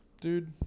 dude